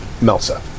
Melsa